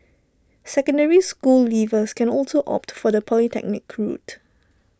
secondary school leavers can also opt for the polytechnic route